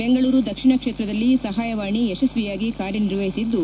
ಬೆಂಗಳೂರು ದಕ್ಷಿಣ ಕ್ಷೇತ್ರದಲ್ಲಿ ಸಹಾಯವಾಣಿ ಯಶಸ್ವಿಯಾಗಿ ಕಾರ್ಯ ನಿರ್ವಹಿಸಿದ್ದು